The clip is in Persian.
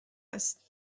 است